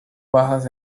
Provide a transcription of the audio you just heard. bajas